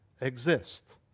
exist